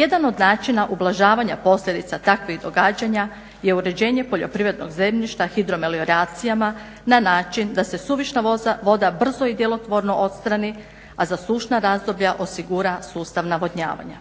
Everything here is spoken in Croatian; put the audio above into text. Jedan od načina ublažavanja posljedica takvih događanja je uređenje poljoprivrednog zemljišta hidromelioracijama na način da se suvišna voda brzo i djelotvorno odstrani a za sušna razdoblja osigura sustav navodnjavanja.